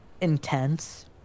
intense